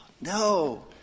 no